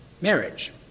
marriage